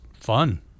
fun